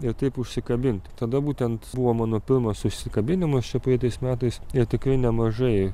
ir taip užsikabint tada būtent buvo mano pirmas užsikabinimas čia praeitais metais ir tikrai nemažai